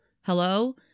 hello